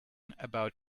about